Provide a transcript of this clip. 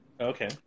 Okay